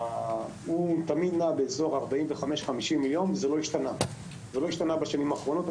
הוא תמיד נע בסביבות 45 50 מיליון שקל וזה לא השתנה בשנים האחרונות,